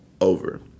over